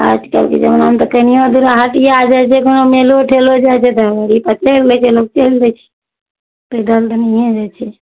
आजकलके जमानामे तऽ कनियो दुरा हटिया छै जे कोनो मेलो ठेलो जाइ छै तऽ पर चढ़ि लै छै लोग चलि दै छै पैदल तऽ नहियें जाइ छियै